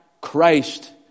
Christ